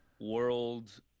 world